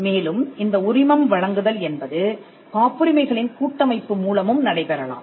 மேலும் இந்த உரிமம் வழங்குதல் என்பது காப்புரிமைகளின் கூட்டமைப்பு மூலமும் நடைபெறலாம்